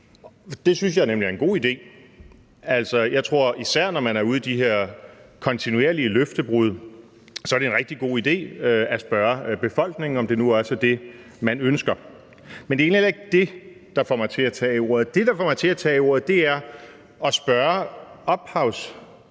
Det synes jeg nemlig er en god idé; især når man er ude i de her kontinuerlige løftebrud, tror jeg det er en rigtig god idé at spørge befolkningen, om det nu også er det, den ønsker. Men det er egentlig heller ikke det, der får mig til at tage ordet. Det, der får mig til at tage ordet, er muligheden